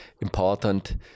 important